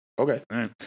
Okay